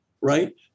right